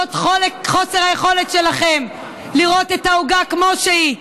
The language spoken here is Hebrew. זה חוסר היכולת שלכם לראות את העוגה כמו שהיא,